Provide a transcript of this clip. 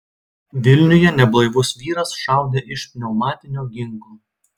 vilniuje neblaivus vyras šaudė iš pneumatinio ginklo